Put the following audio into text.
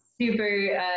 super